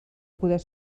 poder